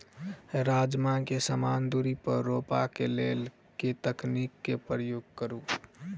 राजमा केँ समान दूरी पर रोपा केँ लेल केँ तकनीक केँ प्रयोग करू?